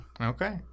Okay